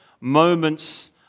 moments